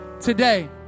today